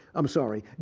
i'm sorry.